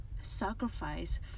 sacrifice